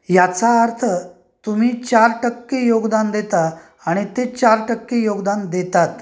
याचा अर्थ तुम्ही चार टक्के योगदान देता आणि ते चार टक्के योगदान देतात